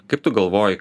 kaip tu galvoji